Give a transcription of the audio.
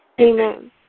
Amen